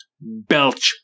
belch